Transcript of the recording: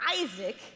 Isaac